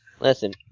Listen